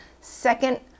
second